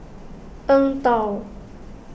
Eng Tow